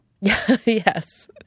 Yes